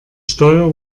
steuer